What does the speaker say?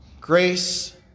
Grace